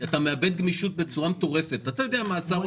את זה השר יכול להרחיב?